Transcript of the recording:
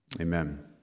amen